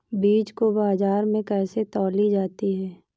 बीज को बाजार में कैसे तौली जाती है?